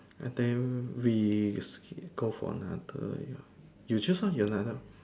and then we go for another ya you choose lah another